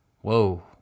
whoa